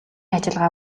ажиллагаа